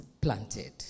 planted